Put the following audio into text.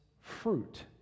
fruit